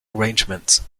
arrangements